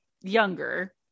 younger